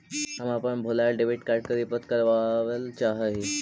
हम अपन भूलायल डेबिट कार्ड के रिपोर्ट करावल चाह ही